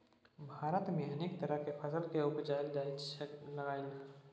भारत में अनेक तरह के फसल के उपजाएल जा लागलइ